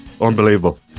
unbelievable